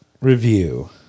review